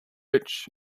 rich